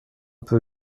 peu